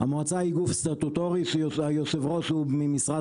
המועצה היא גוף סטטוטורי שיושב הראש הוא ממשרד